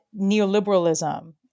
neoliberalism